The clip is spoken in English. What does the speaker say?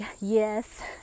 yes